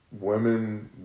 women